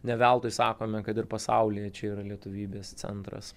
ne veltui sakome kad ir pasaulyje čia yra lietuvybės centras